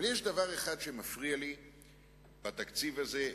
אבל יש דבר אחד שמפריע לי בתקציב הזה,